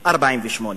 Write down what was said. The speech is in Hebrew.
48',